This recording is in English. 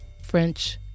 French